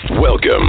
Welcome